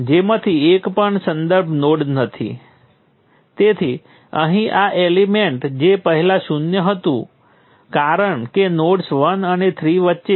અને નોડ 1 માં આ I12 વત્તાની નિશાની સાથે દેખાય છે અને નોડ 2 માં તે ઓછાની નિશાની સાથે દેખાય છે